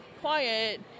quiet